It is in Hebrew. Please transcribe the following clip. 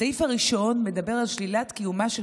הסעיף הראשון מדבר על שלילת קיומה של